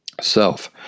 self